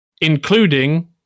Including